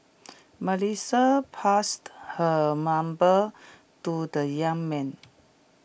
Melissa passed her number to the young man